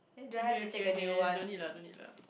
okay okay okay don't need lah don't need lah